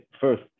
first